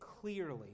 clearly